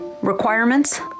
requirements